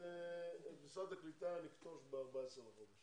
את משרד הקליטה נכתוש ב-14 בחודש